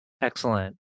Excellent